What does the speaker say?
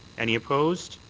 any opposed.